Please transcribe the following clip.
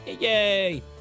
Yay